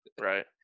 Right